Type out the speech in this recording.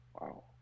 Wow